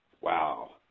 wow